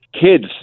kids